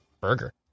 burger